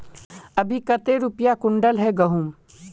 अभी कते रुपया कुंटल है गहुम?